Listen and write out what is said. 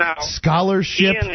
scholarship